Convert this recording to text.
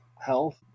health